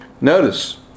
notice